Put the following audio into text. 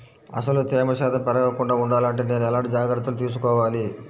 అసలు తేమ శాతం పెరగకుండా వుండాలి అంటే నేను ఎలాంటి జాగ్రత్తలు తీసుకోవాలి?